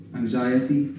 anxiety